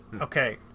okay